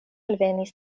alvenis